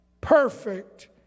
perfect